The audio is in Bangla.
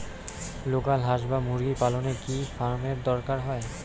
লোকাল হাস বা মুরগি পালনে কি ফার্ম এর দরকার হয়?